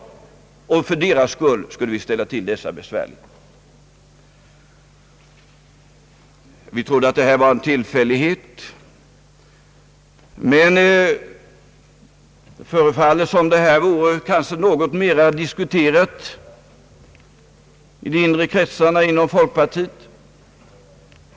För den regeringen skulle vi alltså ställa till dessa besvärligheter. Vi trodde att detta var en tillfällighet, men det förefaller som om det vore något mera diskuterat i de inre kretsarna inom folkpartiet.